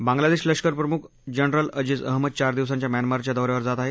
बांग्लादेश लष्करप्रमुख जनरल अजीज अहमद चार दिवसांच्या म्यानमारच्या दौऱ्यावर जात आहेत